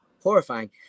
horrifying